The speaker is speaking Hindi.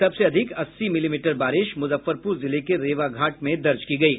सबसे अधिक अस्सी मिलीमीटर बारिश मुजफ्फरपुर जिले के रेवाघाट में दर्ज की गयी